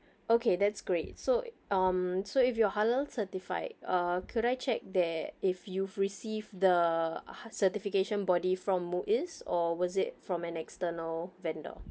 okay that's great so um so if you are halal certified or could I check there if you've received the certification body from muis or was it from an external vendor